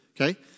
Okay